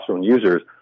users